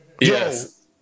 Yes